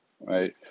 right